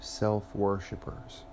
self-worshippers